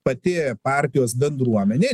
pati partijos bendruomenė